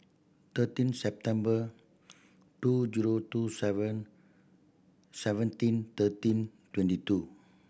thirteen September two zero two seven seventeen thirteen twenty two